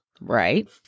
Right